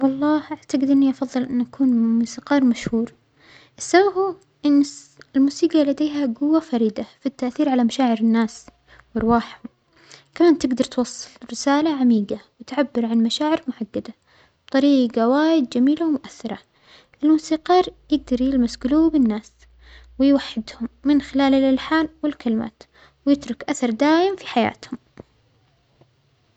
والله أعتجد إنى أفظل إن أكون موسيقار مشهور، السبب هو أن الس-الموسيجى لديها جوة فريدة في التأثير على مشاعر الناس وأرواحهم، كمان تجدر توصل رسالة عميجة وتعبر عن مشاعر محددة بطريجة وايد جميلة ومؤثرة، الموسيقار يجدر يلمس جلوب الناس ويوحدهم من خلال الألحان والكلمات ويترك أثر دايم في حياتهم.